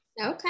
okay